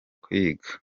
kwiga